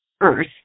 earth